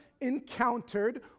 encountered